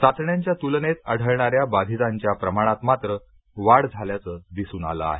चाचण्यांच्या तुलनेत आढळणाऱ्या बाधितांच्या प्रमाणात मात्र वाढ झाल्याचं दिसून आलं आहे